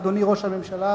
אדוני ראש הממשלה,